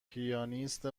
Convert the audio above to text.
پیانیست